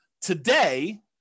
Today